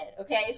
Okay